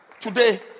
Today